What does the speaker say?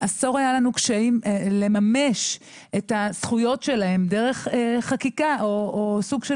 עשור היה לנו קשיים לממש את הזכויות שלהם דרך חקיקה או סוג של